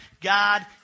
God